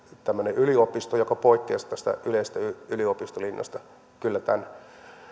tämmöinen yliopisto joka poikkeaisi tästä yleisestä yliopistolinjasta kyllä tämän